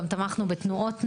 גם תמכנו בתנועות נוער,